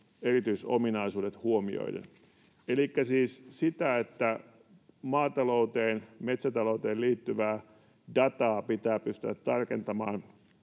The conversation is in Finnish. erityisominaisuudet huomioiden, elikkä siis siitä, että maatalouteen, metsätalouteen liittyvää dataa pitää pystyä tarkentamaan